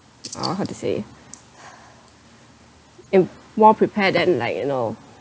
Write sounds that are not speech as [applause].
uh how to say [breath] and more prepared than like you know